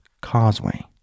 causeway